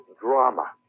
drama